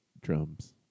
drums